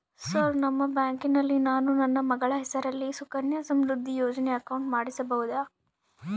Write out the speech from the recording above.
Sir ನಿಮ್ಮ ಬ್ಯಾಂಕಿನಲ್ಲಿ ನಾನು ನನ್ನ ಮಗಳ ಹೆಸರಲ್ಲಿ ಸುಕನ್ಯಾ ಸಮೃದ್ಧಿ ಯೋಜನೆ ಅಕೌಂಟ್ ಮಾಡಿಸಬಹುದಾ?